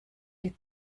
die